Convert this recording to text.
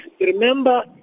Remember